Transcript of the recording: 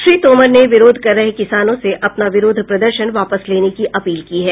श्री तोमर ने विरोध कर रहे किसानों से अपना विरोध प्रदर्शन वापस लेने की अपील की है